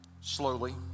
slowly